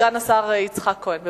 סגן השר יצחק כהן.